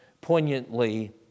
poignantly